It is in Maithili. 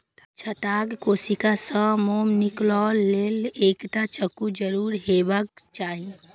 छत्ताक कोशिका सं मोम निकालै लेल एकटा चक्कू जरूर हेबाक चाही